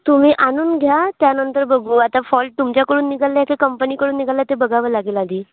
तुम्ही आणून घ्या त्यानंतर बघू आता फॉल्ट तुमच्याकडून निघाला आहे का कंपनीकडून निघाला आहे ते बघावं लागेल आधी